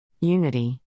Unity